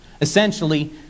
essentially